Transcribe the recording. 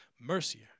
Mercier